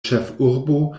ĉefurbo